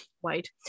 White